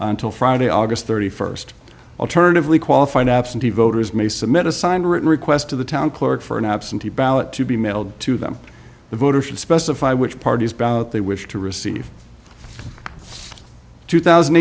until friday august thirty first alternatively qualified absentee voters may submit a signed written request to the town clerk for an absentee ballot to be mailed to them the voter should specify which parties they wish to receive two thousand